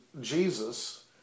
Jesus